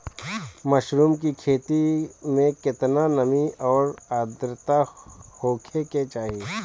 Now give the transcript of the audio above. Mushroom की खेती में केतना नमी और आद्रता होखे के चाही?